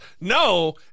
No